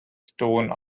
stone